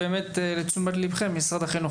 לתשומת ליבכם משרד החינוך.